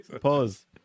Pause